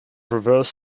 reverse